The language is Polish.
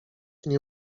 nie